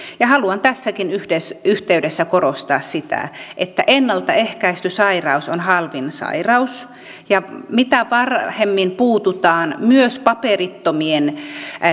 ja haluan tässäkin yhteydessä yhteydessä korostaa sitä että ennaltaehkäisty sairaus on halvin sairaus ja mitä varhemmin puututaan myös paperittomien